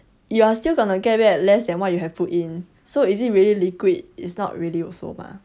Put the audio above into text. you are still gonna get back less than what you have put in so is it really liquid it's not really also mah